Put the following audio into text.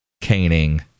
Caning